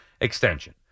extension